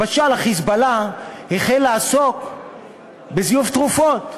למשל, ה"חיזבאללה" החל לעסוק בזיוף תרופות,